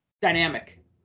Dynamic